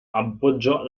appoggiò